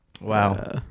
Wow